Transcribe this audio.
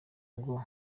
ngo